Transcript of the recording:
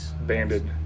banded